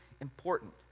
important